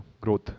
growth